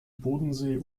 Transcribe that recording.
bodensee